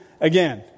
again